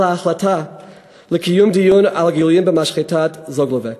על ההחלטה לקיום דיון על הגילויים במשחטת "זוגלובק".